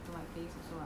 then after that